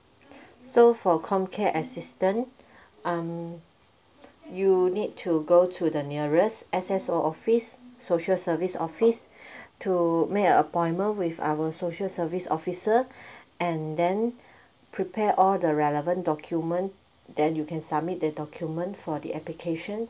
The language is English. so for comcare assistance um you need to go to the nearest S_S_O office social service office to make a appointment with our social service officer and then prepare all the relevant document then you can submit the document for the application